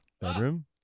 Bedroom